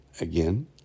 Again